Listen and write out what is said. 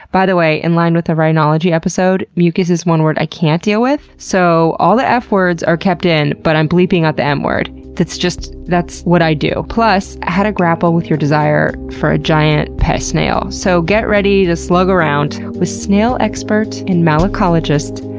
by the way, in line with the rhinology episode, mucus is one word i can't deal with so all the ah f-words are kept in but i'm bleeping out the m-word. that's just what i do. plus, how to grapple with your desire for a giant pet snail. so get ready to slug around with snail expert and malacologist,